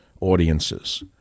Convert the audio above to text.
audiences